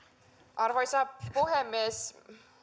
arvoisa puhemies